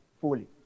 fully